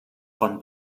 von